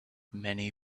many